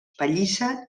pallissa